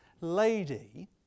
lady